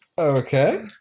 Okay